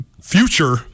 future